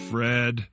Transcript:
Fred